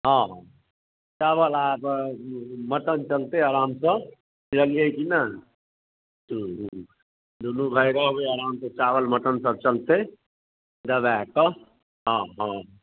हँ खाए बला कऽ मटन चलतै आरामसँ बुझलियै कि नहि हूँ हूँ दुनू भाइ रहबै आरामसँ चावल मटन सभ चलतै देबै कऽ हँ हँ